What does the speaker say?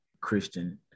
Christian